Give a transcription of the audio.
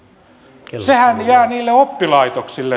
se rahahan jää niille oppilaitoksille